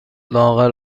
لاغر